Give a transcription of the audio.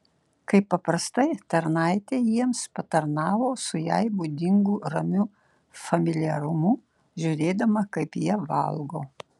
kaip paprastai tarnaitė jiems patarnavo su jai būdingu ramiu familiarumu žiūrėdama kaip jie valgo